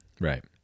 Right